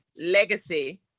legacy